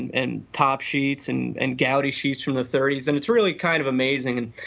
and topp sheets and and goudey sheets from the thirty s and it's really kind of amazing. and